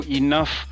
enough